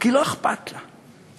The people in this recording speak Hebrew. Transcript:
כי לא אכפת לה.